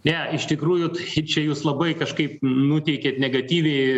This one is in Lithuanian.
ne iš tikrųjų tai čia jūs labai kažkaip nuteikėt negatyviai